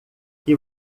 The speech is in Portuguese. que